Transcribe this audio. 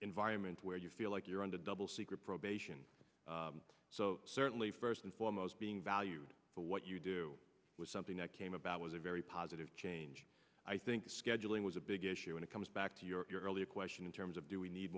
environment where you feel like you're on the double secret probation so certainly first and foremost being valued for what you do was something that came about was a very positive change i think scheduling was a big issue when it comes back to your earlier question in terms of do we need